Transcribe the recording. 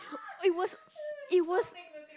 it was it was